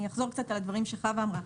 אני אחזור על הדברים שחוה אמרה.